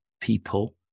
people